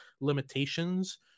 limitations